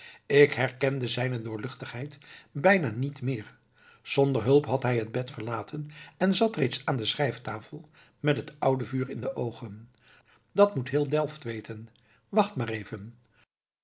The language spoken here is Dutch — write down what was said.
ik herkende zijne doorluchtigheid bijna niet meer zonder hulp had hij het bed verlaten en zat reeds aan de schrijftafel met het oude vuur in de oogen dat moet heel delft weten wacht maar even